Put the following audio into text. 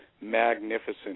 magnificent